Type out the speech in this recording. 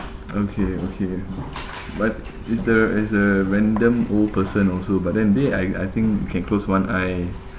okay okay but it's the it's the random old person also but then they I I think you can close one eye